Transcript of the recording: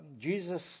Jesus